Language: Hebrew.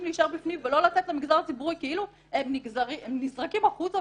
להישאר בפנים ולא לתת למגזר הציבורי כאילו הם נזרקים החוצה